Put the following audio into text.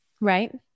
right